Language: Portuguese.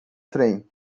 trem